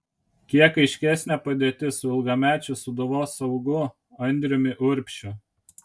kiek aiškesnė padėtis su ilgamečiu sūduvos saugu andriumi urbšiu